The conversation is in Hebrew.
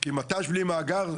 כי מת"ש בלי מאגר,